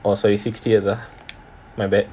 orh sorry sixty years old my bad